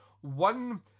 One